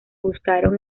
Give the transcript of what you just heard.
buscaron